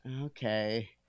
Okay